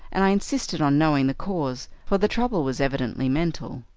and i insisted on knowing the cause, for the trouble was evidently mental.